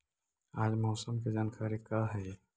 आज मौसम के जानकारी का हई?